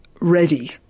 ready